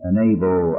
Enable